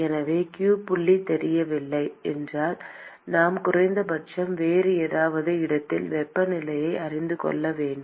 எனவே q புள்ளி தெரியவில்லை என்றால் நாம் குறைந்தபட்சம் வேறு ஏதாவது இடத்தில் வெப்பநிலையை அறிந்து கொள்ள வேண்டும்